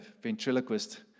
ventriloquist